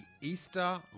Easter